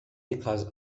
because